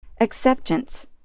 acceptance